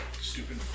Stupid